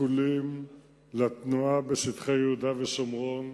כלל השיקולים לתנועה בשטחי יהודה ושומרון,